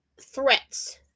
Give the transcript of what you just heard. threats